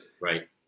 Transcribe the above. Right